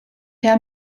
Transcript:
herr